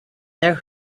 their